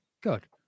Good